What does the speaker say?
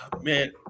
man